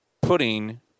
putting